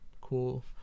cool